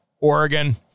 Oregon